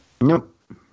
Nope